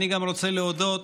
אני רוצה להודות